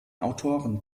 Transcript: autoren